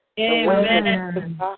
Amen